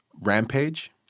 rampage